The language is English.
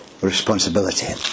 responsibility